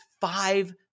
five